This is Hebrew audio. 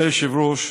אדוני היושב-ראש,